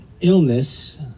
illness